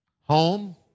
home